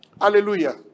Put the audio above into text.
Hallelujah